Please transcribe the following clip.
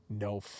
No